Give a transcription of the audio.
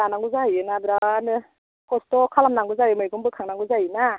आंनावनो जाहैयोना बिराथनो खस्थ' खालामनांगौ जायो मैगं बोखांनांगौ जायो ना